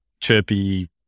chirpy